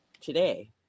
today